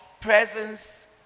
presence